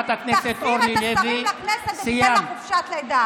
תחזיר את השרים לכנסת ותן לה חופשת לידה.